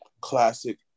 classic